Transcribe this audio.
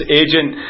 agent